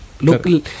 Local